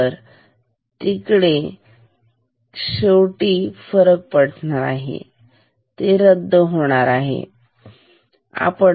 तर तिकडे काही शेवटी फरक पडणार आहे ते रद्द होणार आहे